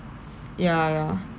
ya ya